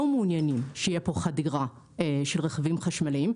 מעוניינים שתהיה פה חדירה של רכבים חשמליים,